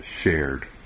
shared